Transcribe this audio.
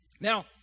Now